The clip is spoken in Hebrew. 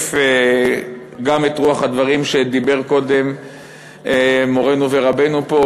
שישקף גם את רוח הדברים שאמר קודם מורנו ורבנו פה,